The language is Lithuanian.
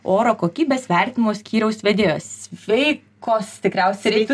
oro kokybės vertinimo skyriaus vedėjos sveikos tikriausiai reiktų